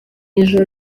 ijoro